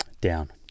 Down